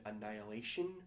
annihilation